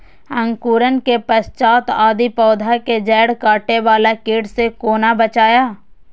अंकुरण के पश्चात यदि पोधा के जैड़ काटे बाला कीट से कोना बचाया?